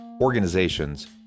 organizations